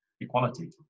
equality